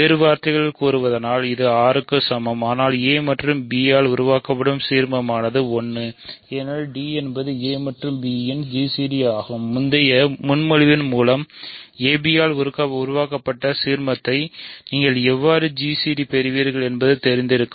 வேறு வார்த்தைகளில் கூறுவதானால் இது R க்கு சமம் ஆனால் a மற்றும் b ஆல் உருவாக்கப்படும் சீர்மமானது 1 ஏனெனில் d என்பது a மற்றும் b இன் ஒரு gcd ஆகும் முந்தைய முன்மொழிவின் மூலம் ab ஆல் உருவாக்கப்பட்ட சீர்மத்தை நீங்கள் எவ்வாறு gc d பெறுவீர்கள் என்பது தெரிந்திருக்கும்